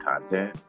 content